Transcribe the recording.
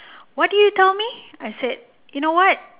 what did you tell me I said you know what